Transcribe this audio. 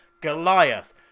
Goliath